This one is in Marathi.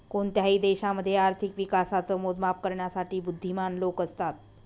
कोणत्याही देशामध्ये आर्थिक विकासाच मोजमाप करण्यासाठी बुध्दीमान लोक असतात